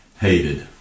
hated